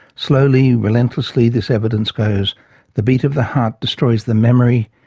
slowly, relentlessly this evidence goes the beat of the heart destroys the memory,